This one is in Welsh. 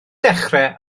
dechrau